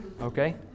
Okay